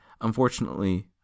Unfortunately